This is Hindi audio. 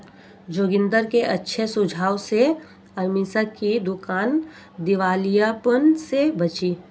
जोगिंदर के अच्छे सुझाव से अमीषा की दुकान दिवालियापन से बची